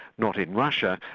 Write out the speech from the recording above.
not in russia,